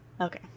Okay